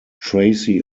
tracey